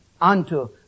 unto